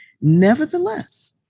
Nevertheless